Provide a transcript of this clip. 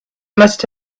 must